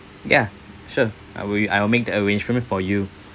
ya sure I will I will make the arrangement for you